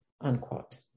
unquote